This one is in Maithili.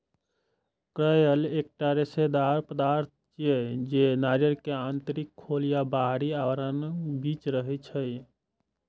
कॉयर एकटा रेशेदार पदार्थ छियै, जे नारियल के आंतरिक खोल आ बाहरी आवरणक बीच रहै छै